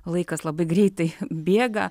laikas labai greitai bėga